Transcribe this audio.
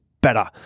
better